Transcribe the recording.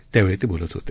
त्यावेळी ते बोलत होते